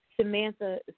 Samantha